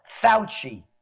Fauci